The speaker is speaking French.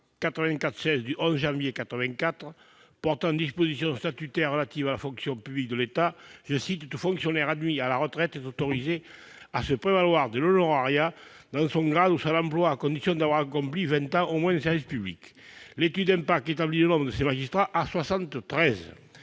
84-16 du 11 janvier 1984 portant dispositions statutaires relatives à la fonction publique de l'État, « tout fonctionnaire admis à la retraite est autorisé à se prévaloir de l'honorariat dans son grade ou son emploi à condition d'avoir accompli vingt ans au moins de services publics ». L'étude d'impact établit le nombre de magistrats